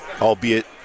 albeit